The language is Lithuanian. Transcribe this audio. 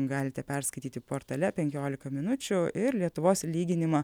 galite perskaityti portale penkiolika minučių ir lietuvos lyginimą